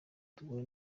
duhure